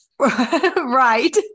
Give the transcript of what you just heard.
Right